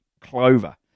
clover